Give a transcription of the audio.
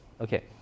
okay